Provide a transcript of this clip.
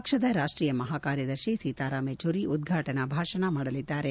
ಪಕ್ಷದ ರಾಷ್ಷೀಯ ಮಹಾಕಾರ್ಯದರ್ಶಿ ಸೀತಾರಾಂ ಯಚೂರಿ ಉದ್ವಾಟನಾ ಭಾಷಣವನ್ನು ಮಾಡಲಿದ್ದಾರೆ